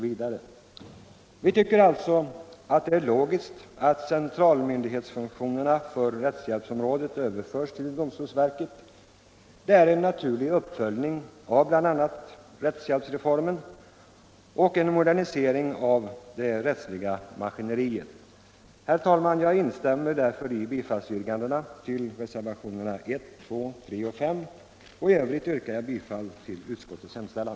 Vi tycker alltså att det är logiskt att centralmyndighetsfunktionerna för rättshjälpsområdet överförs till domstolsverket. Det är en naturlig uppföljning av bl.a. rättshjälpsreformen och en modernisering av det rättsliga maskineriet. Herr talman! Jag instämmer i bifallsyrkandena till reservationerna 1, 2, 3 och 5, och i övrigt yrkar jag bifall till utskottets hemställan.